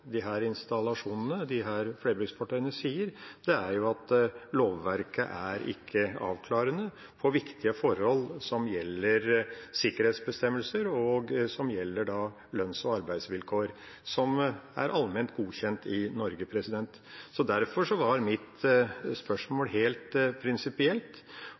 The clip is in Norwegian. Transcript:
de som har folk på disse installasjonene, disse flerbruksfartøyene, sier, er at lovverket ikke er avklarende i viktige forhold som gjelder sikkerhetsbestemmelser og lønns- og arbeidsvilkår som er allment godkjent i Norge. Derfor var mitt spørsmål helt prinsipielt,